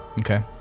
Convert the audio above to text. Okay